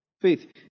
Faith